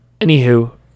Anywho